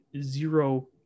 zero